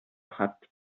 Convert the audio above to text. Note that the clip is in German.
hat